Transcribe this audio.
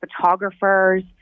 photographers